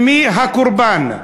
ומי הקורבן?